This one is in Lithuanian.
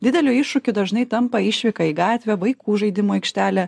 dideliu iššūkiu dažnai tampa išvyka į gatvę vaikų žaidimų aikštelę